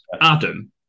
Adam